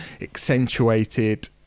accentuated